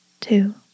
two